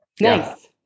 Nice